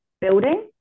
building